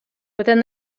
within